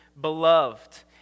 beloved